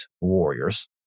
warriors